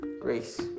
Grace